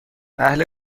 اهل